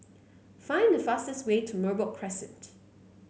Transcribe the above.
find the fastest way to Merbok Crescent